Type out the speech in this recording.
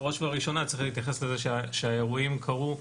בראש ובראשונה, צריך להתייחס לזה שהאירועים קרו,